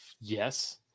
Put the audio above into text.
yes